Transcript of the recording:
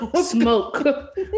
smoke